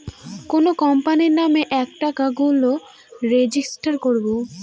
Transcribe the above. কোনো কোম্পানির নামে এই টাকা গুলো রেজিস্টার করবো